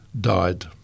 died